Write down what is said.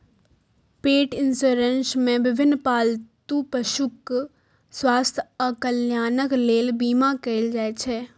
पेट इंश्योरेंस मे विभिन्न पालतू पशुक स्वास्थ्य आ कल्याणक लेल बीमा कैल जाइ छै